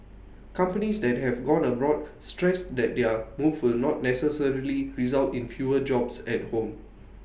companies that have gone abroad stressed that their move will not necessarily result in fewer jobs at home